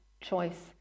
choice